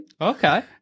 Okay